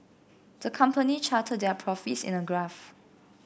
the company charted their profits in a graph